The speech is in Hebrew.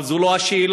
אבל זו לא השאלה.